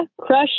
crush